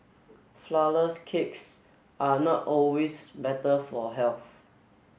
flourless cakes are not always better for health